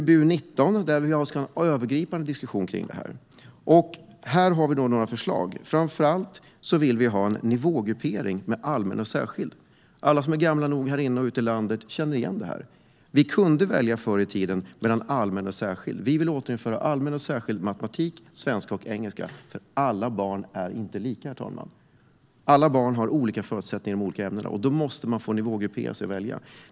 I UbU19 förs en övergripande diskussion kring det här. Framför allt vill vi ha en nivågruppering med allmän och särskild kurs. Alla som är gamla nog känner igen det. Förr i tiden kunde man välja mellan allmän och särskild kurs. Vi vill återinföra allmän och särskild kurs i matematik, svenska och engelska. Alla barn är inte lika. Alla barn har olika förutsättningar för de olika ämnena. Då måste det återinföras en nivågruppering.